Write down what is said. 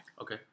Okay